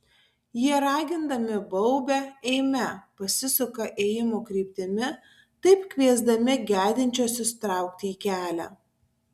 jie ragindami baubia eime pasisuka ėjimo kryptimi taip kviesdami gedinčiuosius traukti į kelią